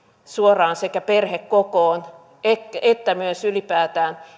suoraan sekä perhekokoon että myös ylipäätään